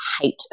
hate